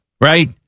Right